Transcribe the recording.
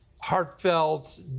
heartfelt